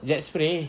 jet spray